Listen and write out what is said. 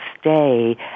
stay